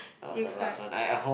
you cried